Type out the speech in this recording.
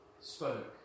spoke